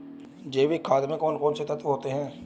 जैविक खाद में कौन कौन से तत्व होते हैं?